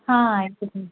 ಹಾಂ ಆಯಿತು ಹ್ಞೂ